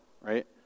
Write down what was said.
right